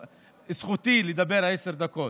זכותי לדבר עשר דקות.